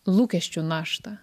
lūkesčių naštą